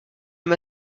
m’a